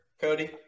Cody